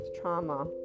trauma